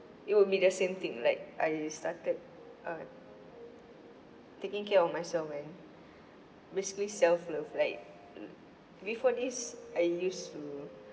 it will be the same thing like I started uh taking care of myself when basically self love like mm before this I used to